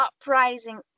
uprising